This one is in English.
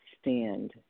stand